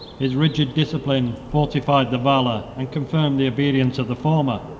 his rigid discipline fortified the valor and confirmed the obedience of the former,